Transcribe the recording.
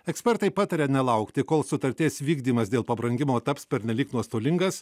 ekspertai pataria nelaukti kol sutarties vykdymas dėl pabrangimo taps pernelyg nuostolingas